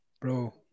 bro